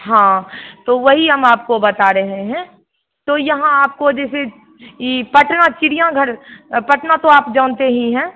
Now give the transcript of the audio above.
हाँ तो वही हम आपको बता रहे हैं तो यहाँ आपको जैसे यह पटना चिड़ियाघर पटना तो आप जानते ही हैं